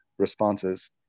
responses